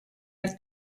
are